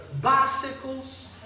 bicycles